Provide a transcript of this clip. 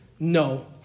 No